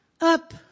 up